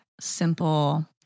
simple